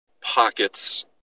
pockets